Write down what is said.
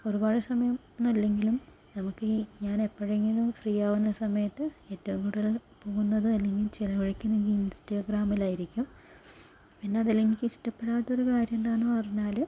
ഒരുപാട് സമയം ഒന്നില്ലെങ്കിലും നമുക്ക് ഈ ഞാൻ എപ്പോഴെങ്കിലും ഫ്രീ ആകുന്ന സമയത്ത് ഏറ്റവും കൂടുതൽ പോകുന്നത് അല്ലെങ്കിൽ ചിലവഴിക്കുന്നത് ഇൻസ്റ്റഗ്രാമിലായിരിക്കും പിന്നെ എനിക്കിഷ്ടപ്പെടാത്ത ഒരു കാര്യം എന്താന്ന് പറഞ്ഞാല്